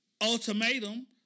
ultimatum